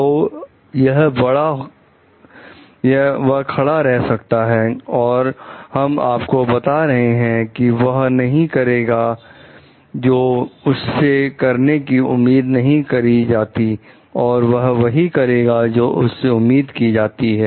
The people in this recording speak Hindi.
तो वह खड़ा रह सकता है और हम आपको बता रहे हैं कि वह नहीं करेगा जो उससे करने की उम्मीद नहीं करी जाती और वह वही करेगा जो उससे उम्मीद की जाती है